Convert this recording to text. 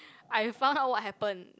I found out what happen